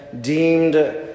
deemed